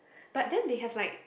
but then they have like